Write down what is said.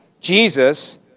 Jesus